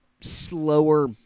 slower